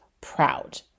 proud